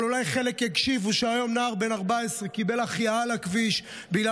אבל אולי חלק יקשיבו: היום נער בן 14 קיבל החייאה על הכביש בגלל